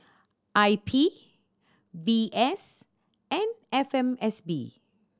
I P V S and F M S B